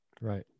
Right